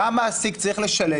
למה המעסיק צריך לשלם,